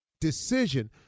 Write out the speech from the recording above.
decision